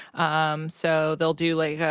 um so they'll do, like,